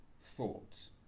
thoughts